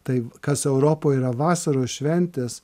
tai kas europoj yra vasaros šventės